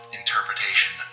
interpretation